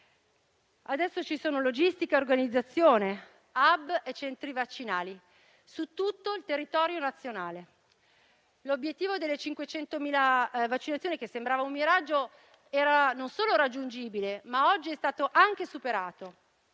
Adesso ci sono logistica e organizzazione, *hub* e centri vaccinali su tutto il territorio nazionale. L'obiettivo delle 500.000 vaccinazioni, che sembrava un miraggio, era non solo raggiungibile, ma oggi è stato oggi anche superato.